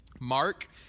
Mark